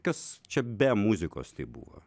kas čia be muzikos tai buvo